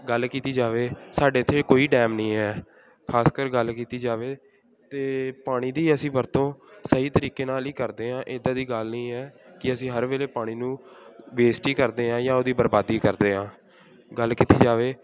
ਗੱਲ ਕੀਤੀ ਜਾਵੇ ਸਾਡੇ ਇੱਥੇ ਕੋਈ ਡੈਮ ਨਹੀਂ ਹੈ ਖਾਸਕਰ ਗੱਲ ਕੀਤੀ ਜਾਵੇ ਤਾਂ ਪਾਣੀ ਦੀ ਅਸੀਂ ਵਰਤੋਂ ਸਹੀ ਤਰੀਕੇ ਨਾਲ ਹੀ ਕਰਦੇ ਹਾਂ ਇੱਦਾਂ ਦੀ ਗੱਲ ਨਹੀਂ ਹੈ ਕਿ ਅਸੀਂ ਹਰ ਵੇਲੇ ਪਾਣੀ ਨੂੰ ਵੇਸਟ ਹੀ ਕਰਦੇ ਹਾਂ ਜਾਂ ਉਹਦੀ ਬਰਬਾਦੀ ਕਰਦੇ ਹਾਂ ਗੱਲ ਕੀਤੀ ਜਾਵੇ